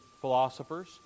philosophers